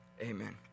Amen